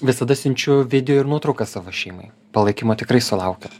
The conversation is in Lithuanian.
visada siunčiu video ir nuotraukas savo šeimai palaikymo tikrai sulaukiu